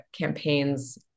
campaigns